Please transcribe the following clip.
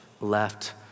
left